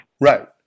Right